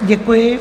Děkuji.